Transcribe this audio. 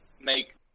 make